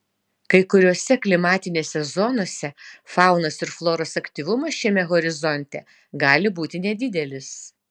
kai kuriose klimatinėse zonose faunos ir floros aktyvumas šiame horizonte gali būti nedidelis